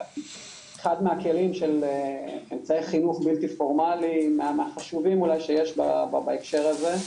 אחד מהכלים של אמצעי חינוך בלתי פורמלי מהחשובים אולי שיש בהקשר הזה.